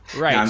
right.